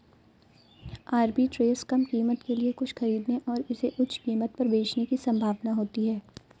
arbitrage कम कीमत के लिए कुछ खरीदने और इसे उच्च कीमत पर बेचने की संभावना होती है